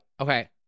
Okay